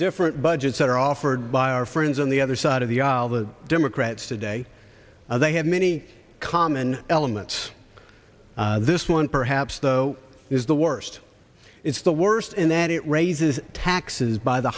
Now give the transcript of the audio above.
different budgets that are offered by our friends on the other side of the aisle the democrats today are they have many common elements this one perhaps though is the worst it's the worst in that it raises taxes by the